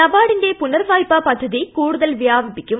നബാർഡിന്റെ പുനർവായ്പാ പദ്ധതി കൂടുതൽ വ്യാപിപ്പിക്കും